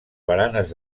baranes